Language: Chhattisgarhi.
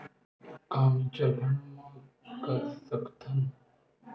का म्यूच्यूअल फंड म कर सकत हन?